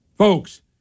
Folks